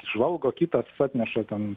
žvalgo kitas atneša ten